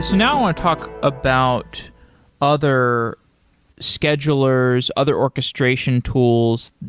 now i want to talk about other schedulers, other orchestration tools.